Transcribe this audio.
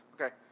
Okay